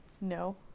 No